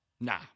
Nah